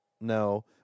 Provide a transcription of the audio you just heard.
no